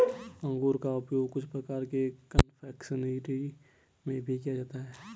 अंगूर का उपयोग कुछ प्रकार के कन्फेक्शनरी में भी किया जाता है